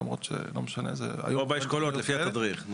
למרות שלא משנה --- או באשכולות לפי התדריך.